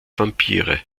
vampire